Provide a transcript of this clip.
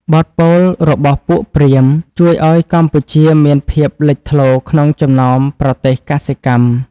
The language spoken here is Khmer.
បទពោលរបស់ពួកព្រាហ្មណ៍ ជួយឱ្យកម្ពុជាមានភាពលេចធ្លោក្នុងចំណោមប្រទេសកសិកម្ម។